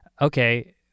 Okay